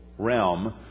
realm